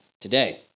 today